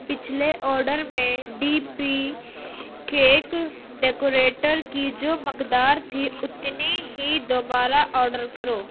پچھلے اوڈر میں D P cake decorator کی جو مقدار تھی اتنی ہی دوبارہ آڈر کرو